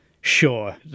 Sure